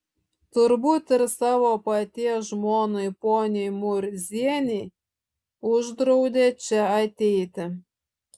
turbūt ir savo paties žmonai poniai murzienei uždraudė čia ateiti